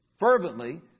fervently